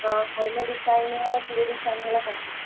ആ അതിൻ്റെ ഡിസൈനുക പുതിയ ഡിസൈനുകളൊക്കെ ഇണ്ടോ